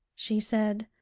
she said,